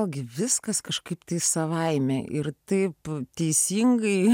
ogi viskas kažkaip savaime ir taip teisingai